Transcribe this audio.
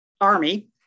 army